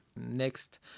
next